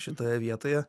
šitoje vietoje